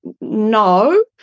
no